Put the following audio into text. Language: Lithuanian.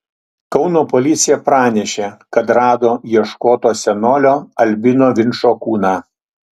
kauno policija pranešė kad rado ieškoto senolio albino vinčo kūną